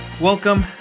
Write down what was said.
welcome